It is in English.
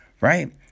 right